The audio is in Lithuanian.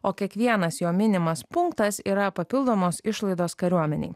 o kiekvienas jo minimas punktas yra papildomos išlaidos kariuomenei